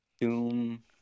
Doom